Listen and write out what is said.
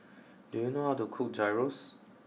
do you know how to cook Gyros